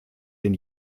den